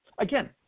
again